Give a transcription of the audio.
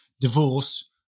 divorce